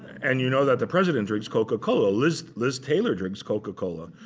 and you know that the president drinks coca-cola. liz liz taylor drinks coca-cola.